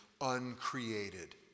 uncreated